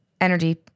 Energy